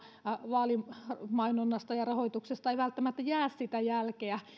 vaalimainonnasta ja rahoituksesta ei välttämättä jää jälkeä